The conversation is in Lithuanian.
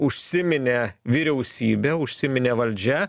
užsiminė vyriausybė užsiminė valdžia